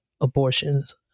abortions